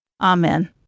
Amen